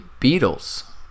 Beatles